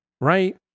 Right